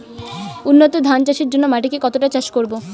উন্নত ধান চাষের জন্য মাটিকে কতটা চাষ করব?